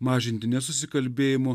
mažinti nesusikalbėjimo